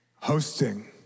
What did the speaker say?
Hosting